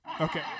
Okay